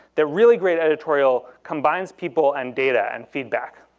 the really great editorial combines people and data and feedback.